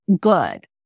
good